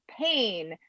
pain